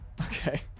Okay